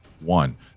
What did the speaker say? one